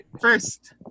first